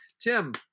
tim